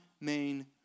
main